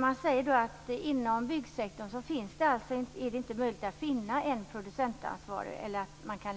Man säger att det inte är möjligt att